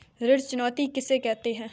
ऋण चुकौती किसे कहते हैं?